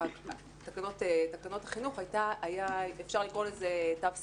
תקנות החינוך, היה אפשר לקרוא לזה תו סגול,